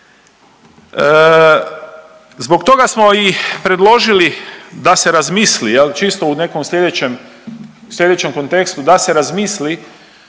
Zbog toga smo i predložili da se razmisli, čisto u nekom sljedećem kontekstu da se razmisli